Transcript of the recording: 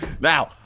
Now